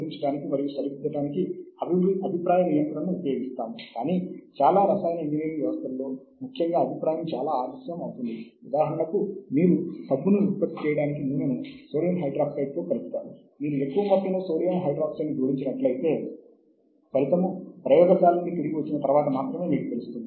edu లు అటువంటి peer sharing sources అవి కూడా ఎంతో కొంత మొత్తంలో సాహిత్యాన్ని అందించగలవు